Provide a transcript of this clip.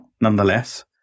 nonetheless